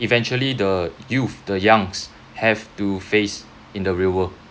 eventually the youth the youngs have to face in the real world